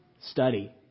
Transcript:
Study